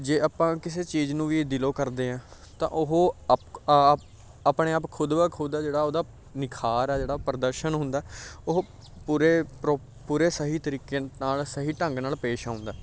ਜੇ ਆਪਾਂ ਕਿਸੇ ਚੀਜ਼ ਨੂੰ ਵੀ ਦਿਲੋਂ ਕਰਦੇ ਹਾਂ ਤਾਂ ਉਹ ਅਪ ਆਪ ਆਪਣੇ ਆਪ ਖੁਦ ਬ ਖੁਦ ਆ ਜਿਹੜਾ ਉਹਦਾ ਨਿਖਾਰ ਆ ਜਿਹੜਾ ਪ੍ਰਦਰਸ਼ਨ ਹੁੰਦਾ ਉਹ ਪੂਰੇ ਪਰੋ ਪੂਰੇ ਸਹੀ ਤਰੀਕੇ ਨਾਲ ਸਹੀ ਢੰਗ ਨਾਲ ਪੇਸ਼ ਆਉਂਦਾ